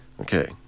Okay